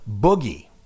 boogie